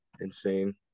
insane